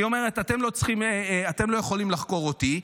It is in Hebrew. היא אומרת: אתם לא יכולים לחקור אותי.